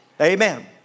Amen